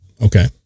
Okay